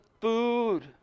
food